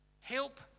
Help